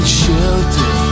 shelter